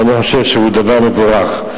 ואני חושב שהוא דבר מבורך.